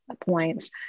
points